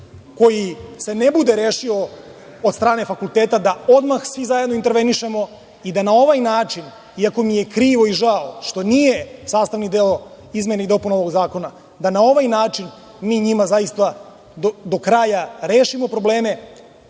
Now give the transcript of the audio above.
koji se ne bude rešio od strane fakulteta, da odmah svi zajedno intervenišemo i da na ovaj način, iako mi je krivo i žao što nije sastavni deo izmena i dopuna ovog zakona, mi njima zaista do kraja rešimo probleme,